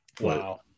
Wow